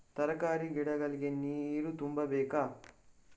ತರಕಾರಿ ಗಿಡಗಳಿಗೆ ನೀರು ತುಂಬಬೇಕಾ?